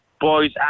boys